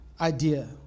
idea